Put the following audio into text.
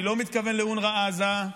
אני לא מתכוון לאונר"א עזה,